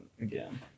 again